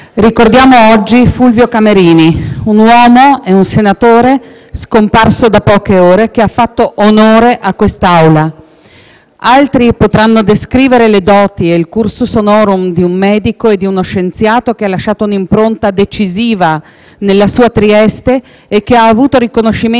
ricordiamo oggi Fulvio Camerini, un uomo e un senatore, scomparso da poche ore, che ha fatto onore a quest'Aula. Altri potranno descrivere le doti e il *cursus honorum* di un medico e di uno scienziato che ha lasciato un'impronta decisiva nella sua Trieste e che ha avuto riconoscimenti